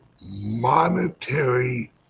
monetary